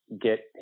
get